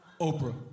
Oprah